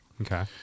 okay